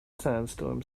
sandstorm